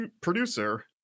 producer